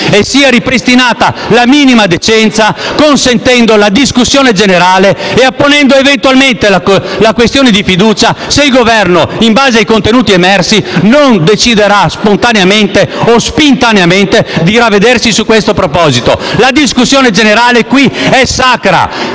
torni sui suoi passi, consentendo la discussione generale e ponendo eventualmente la questione di fiducia, se, in base ai contenuti emersi, non deciderà - spontaneamente o "spintaneamente" - di ravvedersi su questo proposito. La discussione generale qui è sacra: